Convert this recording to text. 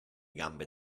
gambe